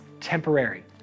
temporary